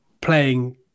playing